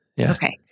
Okay